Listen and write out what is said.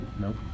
Nope